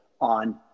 on